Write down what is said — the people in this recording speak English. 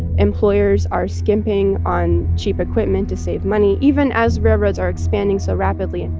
employers are skimping on cheap equipment to save money even as railroads are expanding so rapidly and